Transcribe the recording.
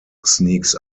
sneaks